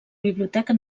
biblioteca